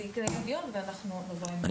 זה יקרה בדיון ואנחנו נבוא עם זה.